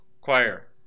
choir